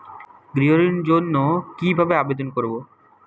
গৃহ ঋণ জন্য কি ভাবে আবেদন করব?